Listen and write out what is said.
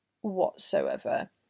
whatsoever